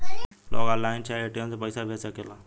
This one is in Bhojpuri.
लोग ऑनलाइन चाहे ए.टी.एम से पईसा भेज सकेला